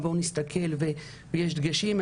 ובואו נסתכל ויש דגשים,